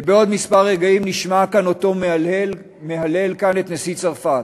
ובעוד רגעים מספר נשמע אותו כאן מהלל את נשיא צרפת.